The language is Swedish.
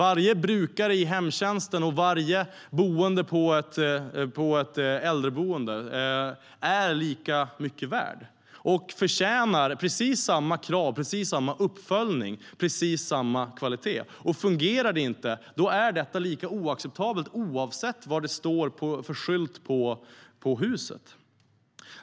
Varje brukare i hemtjänsten och varje boende på ett äldreboende är lika mycket värd och förtjänar precis samma krav och uppföljning, precis samma kvalitet. Fungerar det inte är detta lika oacceptabelt oavsett vad det står för skylt på huset.